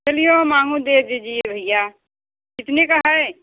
चलिए वो मांगुर दे दीजिए भईया कितने का है